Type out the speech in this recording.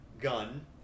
Gun